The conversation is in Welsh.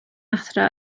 athro